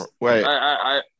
Wait